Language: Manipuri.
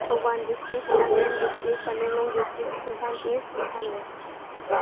Thoubal district Chandel district Tamenglong district Imphal East Imphal west